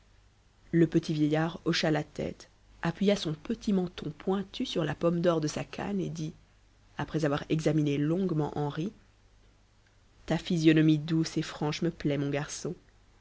le petit vieillard hocha la tête appuya son petit menton pointu sur la pomme d'or de sa canne et dit après avoir examiné longuement henri ta physionomie douce et franche me plaît mon garçon